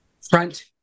Front